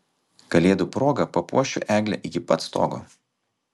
kalėdų proga papuošiu eglę iki pat stogo